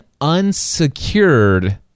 unsecured